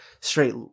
straight